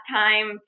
time